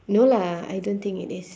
no lah I don't think it is